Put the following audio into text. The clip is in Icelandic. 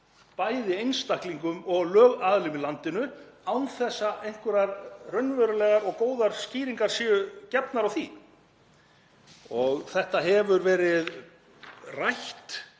bæði einstaklingum og lögaðilum í landinu án þess að einhverjar raunverulegar og góðar skýringar séu gefnar á því. Þetta hefur verið rætt